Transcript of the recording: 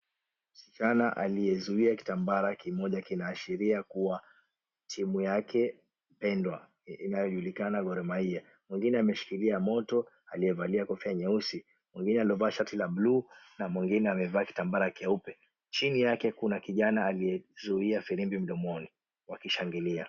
Msichana aliyezuia kitambara kimoja kinaashiria kuwa, timu yake pendwa inayojulikana Gor Mahia. Mwingine uameshikilia moto aliyevalia kofia nyeusi, mwingine aliyovaa shati la bluu na mwingine amevalia kitambara keupe chini yake kuna kijana aliyezuia firimbi mdomoni wakishangilia.